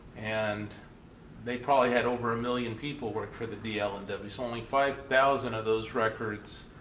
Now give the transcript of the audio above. and they probably had over a million people work for the dl and w. so only five thousand of those records